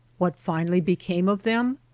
what finally became of them?